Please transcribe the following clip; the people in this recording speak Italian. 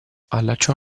allacciò